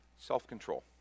Self-control